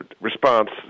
response